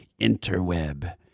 interweb